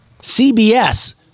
CBS